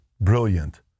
brilliant